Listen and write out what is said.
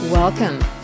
Welcome